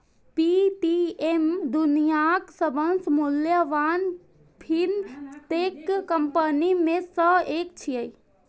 Paytm दुनियाक सबसं मूल्यवान फिनटेक कंपनी मे सं एक छियै